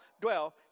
dwell